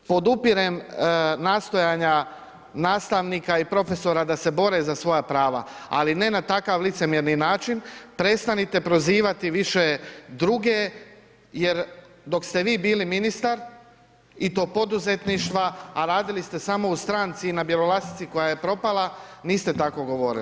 Podupirem nastojanja nastavnika i profesora da se bore za svoja prava, ali ne na takav licemjerni način, prestanite prozivati više druge jer dok ste vi bili ministar i to poduzetništva, a radili ste samo u stranci i na Bjelolasici koja je propala, niste tako govorili.